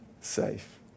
safe